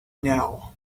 now